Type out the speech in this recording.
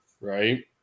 right